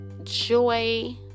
joy